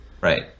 right